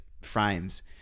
frames